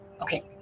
Okay